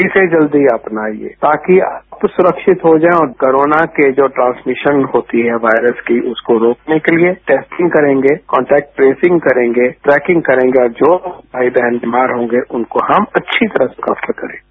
इसे जल्दी अपनाइये ताकि चुरक्षित हो जाए और कोरोना के जो ट्रांसमिशन होती है वायरस की उसको रोकने के लिए टेस्टिंग करेंगे कॉन्टेक्ट प्रेसिंग करेंगे ट्रेकिंग करेंगे और जो भाई बहन बीमार होंगे उनको हम अच्छी तरह से काउंटर करेंगे